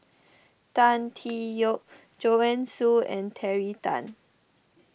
Tan Tee Yoke Joanne Soo and Terry Tan